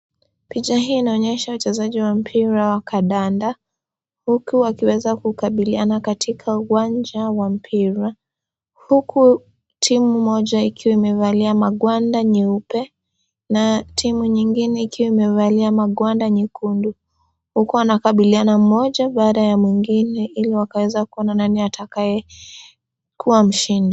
Picha hii inaonyesha wachezaji wa mpira wa kadanda huku wakiweza kukabiliana katika uwanja wa mpira, huku timu moja ikiwa imevalia magwanda nyeupe na timu nyingine ikiwa imevalia magwanda nyekundu huku wanakabiliana mmoja baada ya mwingine ili wakaweza kuona nani atakaye kuwa mshindi.